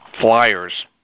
flyers